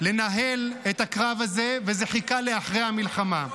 לנהל את הקרב הזה, וזה חיכה לאחרי המלחמה.